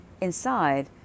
Inside